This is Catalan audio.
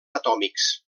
atòmics